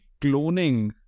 cloning